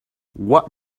what